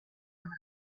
resti